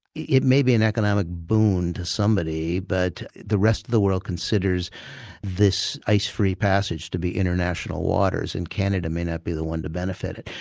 it may be an economic boon to somebody but the rest of the world considers this ice-free passage to be international waters and canada may not be the one to benefit.